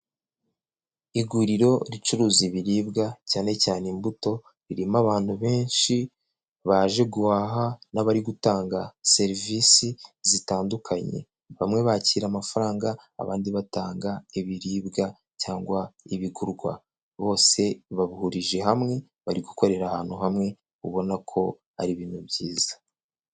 Iguriro ricuruza ibiribwa, cyane cyane imbuto, ririmo abantu benshi baje guhaha, n'abari gutanga serivisi zitandukanye, bamwe bakira amafaranga, abandi batanga ibiribwa cyangwa ibigurwa, bose bahurije hamwe, bari gukorera ahantu hamwe, ubona ko ari ibintu byiza.